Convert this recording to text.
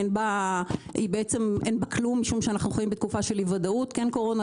אין בה כלום כי אנחנו חיים בתקופה של אי-ודאות כן קורונה,